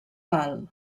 ball